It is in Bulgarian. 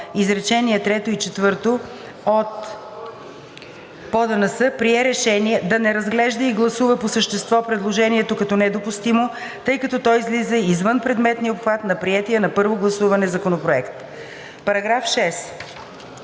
трето и четвърто от ПОДНС прие решение да не разглежда и гласува по същество предложението като недопустимо, тъй като то излиза извън предметния обхват на приетия на първо гласуване законопроект. Комисията